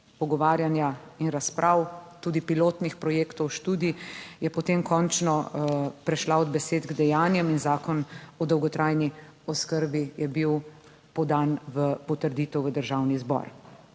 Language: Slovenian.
pogovarjanja in razprav, tudi pilotnih projektov, študij, je potem končno prešla od besed k dejanjem in Zakon o dolgotrajni oskrbi je bil podan v potrditev v Državni zbor.